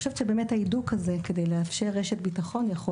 ההידוק הזה כדי לאפשר רשת ביטחון יכול